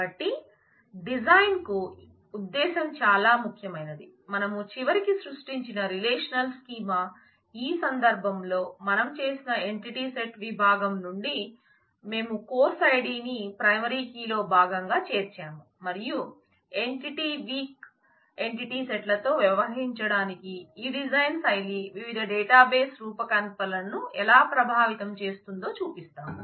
కాబట్టి డిజైన్ కు ఈ ఉద్దేశం చాలా ముఖ్యమైనది మనం చివరికి సృష్టించిన రిలేషనల్ స్కీమా ఈ సందర్భంలో మనం చేసిన ఎంటిటీ సెట్ విభాగం నుండి మేము కోర్సు ఐడి ని ప్రైమరీ కీలో భాగంగా చేర్చాము మరియు ఎంటిటీ వీక్ ఎంటిటీ సెట్లతో వ్యవహరించడానికి ఈ డిజైన్ శైలి వివిధ డేటాబేస్ రూపకల్పనలను ఎలా ప్రభావితం చేస్తుందో చూపిస్తాము